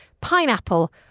pineapple